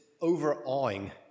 overawing